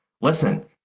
Listen